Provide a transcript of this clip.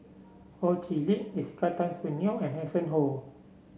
Ho Chee Lick Jessica Tan Soon Neo and Hanson Ho